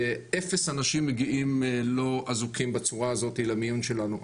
אפס אנשים מגיעים לא אזוקים בצורה הזאת למיון שלנו.